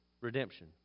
redemption